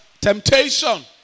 temptation